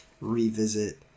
revisit